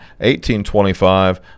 18-25